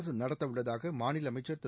அரசு நடத்தவுள்ளதாக மாநில அமைச்சர் திரு